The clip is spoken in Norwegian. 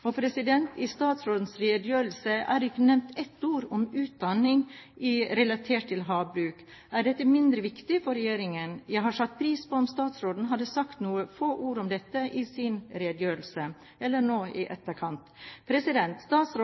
I statsrådens redegjørelse er det ikke nevnt ett ord om utdanning relatert til havbruk. Er dette mindre viktig for regjeringen? Jeg hadde satt pris på om statsråden hadde sagt noen få ord om dette i sin redegjørelse, eller nå i etterkant. Statsråden